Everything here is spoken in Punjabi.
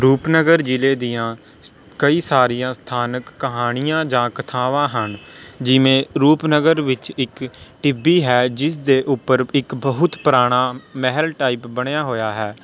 ਰੂਪਨਗਰ ਜ਼ਿਲ੍ਹੇ ਦੀਆਂ ਸ ਕਈ ਸਾਰੀਆਂ ਸਥਾਨਕ ਕਹਾਣੀਆਂ ਜਾਂ ਕਥਾਵਾਂ ਹਨ ਜਿਵੇਂ ਰੂਪਨਗਰ ਵਿੱਚ ਇੱਕ ਟਿੱਬੀ ਹੈ ਜਿਸਦੇ ਉੱਪਰ ਇੱਕ ਬਹੁਤ ਪੁਰਾਣਾ ਮਹਿਲ ਟਾਈਪ ਬਣਿਆ ਹੋਇਆ ਹੈ